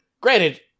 granted